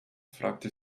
fragte